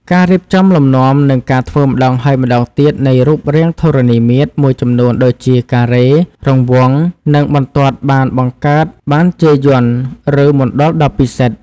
ការរៀបចំលំនាំ និងការធ្វើម្តងហើយម្តងទៀតនៃរូបរាងធរណីមាត្រមួយចំនួនដូចជាការ៉េ រង្វង់ និងបន្ទាត់បានបង្កើតបានជាយន្ត ឬមណ្ឌលដ៏ពិសិដ្ឋ។